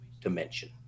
dimension